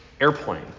airplane